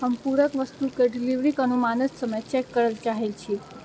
हम पूरक वस्तुके डिलीवरीके अनुमानित समय चेक करऽ चाहैत छी